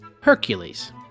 Hercules